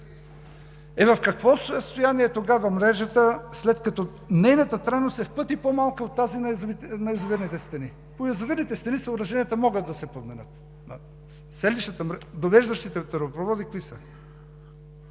В какво състояние тогава е мрежата, след като нейната трайност е в пъти по-малка от тази на язовирните стени? По язовирните стени съоръженията могат да се подменят. Довеждащите тръбопроводи какви са